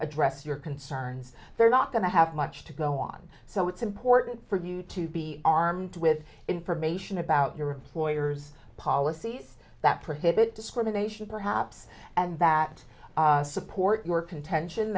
address your concerns they're not going to have much to go on so it's important for you to be armed with information about your employer's policies that prohibit discrimination perhaps and that support your contention